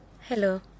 Hello